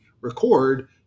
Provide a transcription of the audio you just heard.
record